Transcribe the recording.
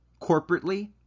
corporately